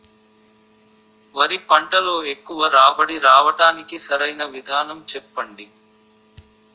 వరి పంటలో ఎక్కువ రాబడి రావటానికి సరైన విధానం చెప్పండి?